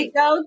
go